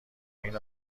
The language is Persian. این